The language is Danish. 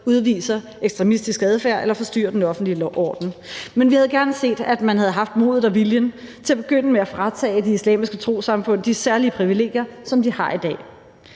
udviser ekstremistisk adfærd eller forstyrrer den offentlige orden, men vi havde gerne set, at man havde haft modet og viljen til at begynde med at fratage de islamiske trossamfund de særlige privilegier, som de har i dag.